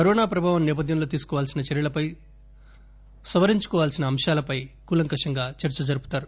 corona ప్రభావం నేపథ్యంలో తీసుకోవాల్సిన చర్యలపై సవరించుకోవాల్సిన అంశాలపై కూలంకషంగా చర్స జరుపుతారు